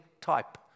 type